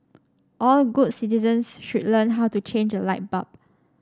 all good citizens should learn how to change a light bulb